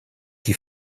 qui